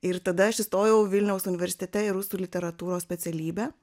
ir tada aš įstojau vilniaus universitete į rusų literatūros specialybę